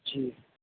جی